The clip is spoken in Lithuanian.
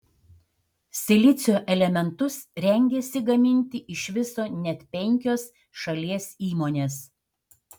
silicio elementus rengiasi gaminti iš viso net penkios šalies įmonės